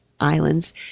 islands